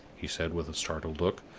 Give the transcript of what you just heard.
he said, with a startled look.